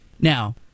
Now